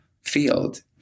field